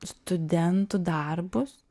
studentų darbus